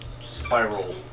spiral